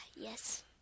Yes